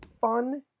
fun